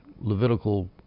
Levitical